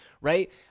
right